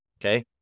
Okay